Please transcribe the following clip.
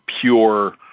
pure